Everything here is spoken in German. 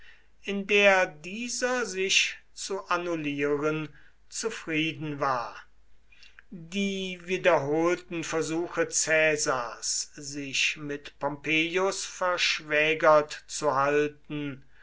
in der dieser sich zu annullieren zufrieden war die wiederholten versuche caesars sich mit pompeius verschwägert zu halten